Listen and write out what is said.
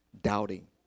doubting